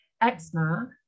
Eczema